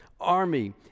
army